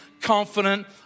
confident